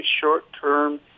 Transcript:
short-term